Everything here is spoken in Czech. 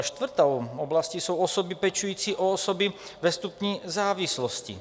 Čtvrtou oblastí jsou osoby pečující o osoby ve stupni ve stupni závislosti.